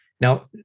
Now